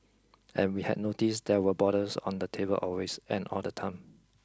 and we had noticed there were bottles on the table always and all the time